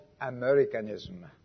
Americanism